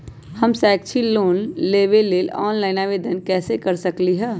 हम शैक्षिक लोन लेबे लेल ऑनलाइन आवेदन कैसे कर सकली ह?